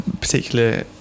particular